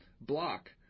Block